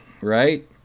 right